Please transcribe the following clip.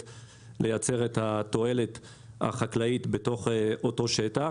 שלו לייצר את התועלת החקלאית בתוך אותו שטח.